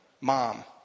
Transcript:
mom